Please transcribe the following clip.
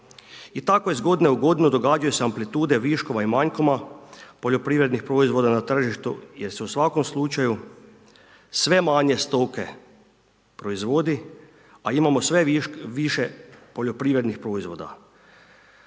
I tako iz godine u godinu događaju se amplitude viškova i manjkova poljoprivrednih proizvoda na tržištu jer se u svakom slučaju sve manje stoke proizvodi a imamo sve više poljoprivrednih proizvoda